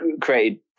created